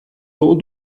dans